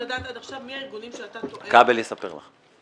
מי מהארגונים שאתה טוען --- כבל יספר לך.